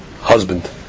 husband